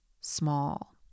small